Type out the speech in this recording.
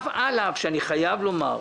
על אף שאני חייב לומר,